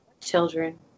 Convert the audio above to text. children